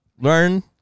Learn